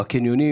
בקניונים,